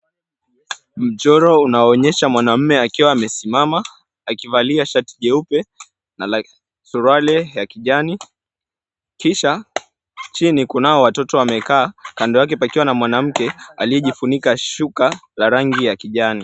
Mchoro unaoonyesha mwanamme akiwa amesimama akivalia shati jeupe na suruali ya kijani kisha chini kunao watoto wamekaa kando yake pakiwa na mwanamke aliyejifunika shuka la rangi ya kijani.